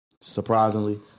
Surprisingly